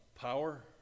power